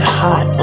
hot